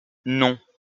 non